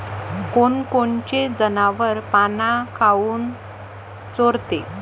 कोनकोनचे जनावरं पाना काऊन चोरते?